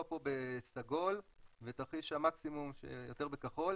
פה בסגול ותרחיש המקסימום שיותר בכחול,